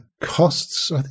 Costs